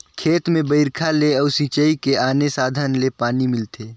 खेत में बइरखा ले अउ सिंचई के आने साधन ले पानी मिलथे